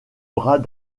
bras